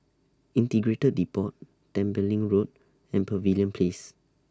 Integrated Depot Tembeling Road and Pavilion Place